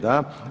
Da.